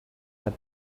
had